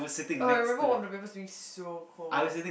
oh I remember one of papers being so cold